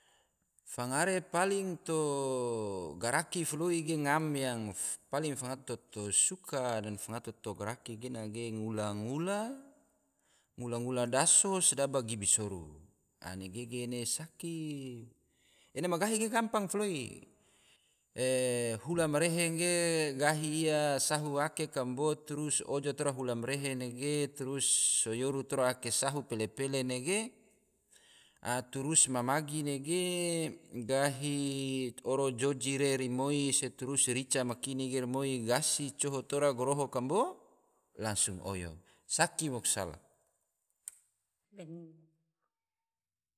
Fangare paling to garaki foloi ge ngam yang paling fangato to suka dan fangato garaki gena ge, ngula-ngula, ngula-ngula daso, sedaba gibi soru, a nege ene saki, ene ma gahi ge gampang foloi, hula ma rehe ge gahi ia sahu ake kambo trus ojo tora hula marehe nege trus so yoru tora ake sahu pele-pele nege, trus ma magi nege gahi oro joji re romoi, se turus se rica ma kini ge rimoi, gasi coho tora goroho kambo, langsung oyo, saki maku sala